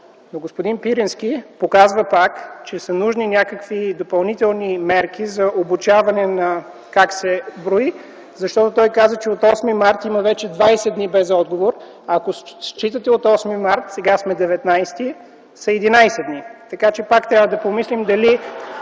Но господин Пирински показва пак, че са нужни някакви допълнителни мерки за обучаване как се брои, защото той каза, че от 8 март има вече 20 дни без отговор. Ако считате от 8 март, сега сме 19, са 11 дни. Така че пак трябва да помислим дали